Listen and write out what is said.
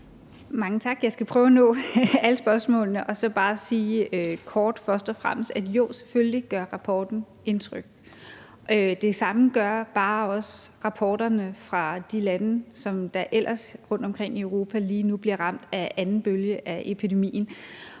Mange tak. Jeg skal prøve at nå alle spørgsmålene. Og så vil jeg bare først og fremmest kort sige, at jo, selvfølgelig gør rapporten indtryk. Det samme gør bare også rapporterne fra de lande, der ellers lige nu rundtomkring i Europa bliver ramt af anden bølge af epidemien